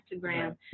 Instagram